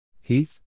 Heath